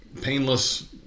Painless